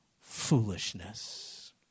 foolishness